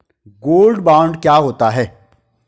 Gold bond क्या होता है?